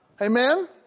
Amen